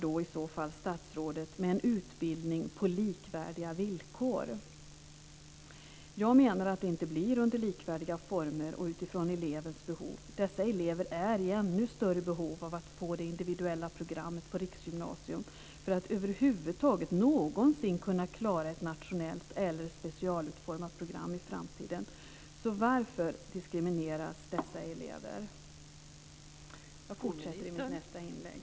Jag menar att det inte blir under likvärdiga former och utifrån elevens behov. Dessa elever är i ännu större behov av att få gå det individuella programmet på riksgymnasium för att över huvud taget någonsin kunna klara ett nationellt eller specialutformat program i framtiden. Varför diskrimineras dessa elever? Jag fortsätter i mitt nästa inlägg.